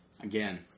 Again